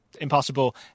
impossible